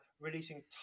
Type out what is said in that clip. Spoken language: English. releasing